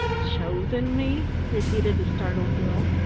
chosen me? repeated the startled girl.